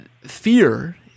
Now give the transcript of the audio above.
fear